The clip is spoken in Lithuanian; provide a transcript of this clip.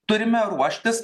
turime ruoštis